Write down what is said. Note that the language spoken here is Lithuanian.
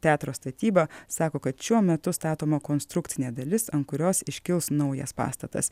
teatro statybą sako kad šiuo metu statoma konstrukcinė dalis ant kurios iškils naujas pastatas